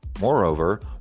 Moreover